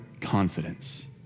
confidence